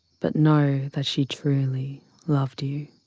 but know that she truly loved you.